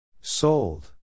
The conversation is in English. Sold